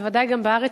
בוודאי גם בארץ,